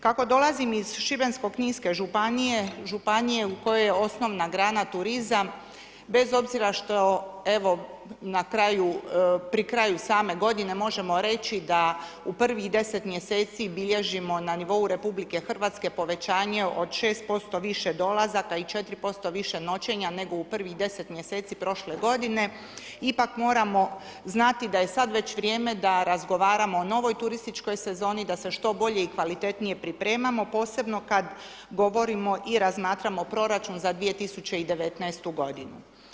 Kako dolazim iz Šibensko-kninske županije, županije u kojoj je osnovna grana turizam bez obzira što evo na kraju, pri kraju same godine možemo reći da u prvih 10 mjeseci bilježimo na nivou RH povećanje od 6% više dolazaka i 4% više noćenja nego u prvih 10 mjeseci prošle godine ipak moramo znati da je sad već vrijeme da razgovaramo o novoj turističkoj sezoni da se što bolje i kvalitetnije pripremamo posebno kad govorimo i razmatramo proračun za 2019. godinu.